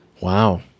Wow